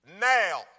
now